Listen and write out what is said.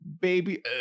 baby